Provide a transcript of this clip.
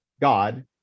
God